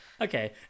okay